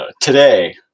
today